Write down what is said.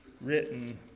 written